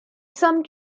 some